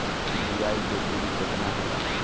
बुआई के दुरी केतना होला?